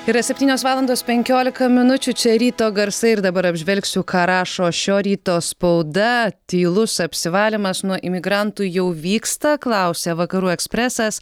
yra septynios valandos penkiolika minučių čia ryto garsai ir dabar apžvelgsiu ką rašo šio ryto spauda tylus apsivalymas nuo imigrantų jau vyksta klausia vakarų ekspresas